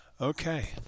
Okay